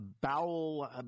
bowel